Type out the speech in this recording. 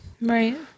Right